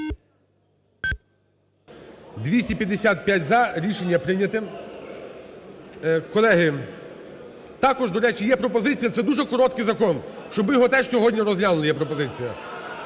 За-255 Рішення прийняте. Колеги, також, до речі, є пропозиція. Це дуже короткий закон. Щоб ми його теж сьогодні розглянули є пропозиція.